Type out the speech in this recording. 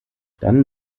dann